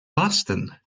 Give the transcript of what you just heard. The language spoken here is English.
boston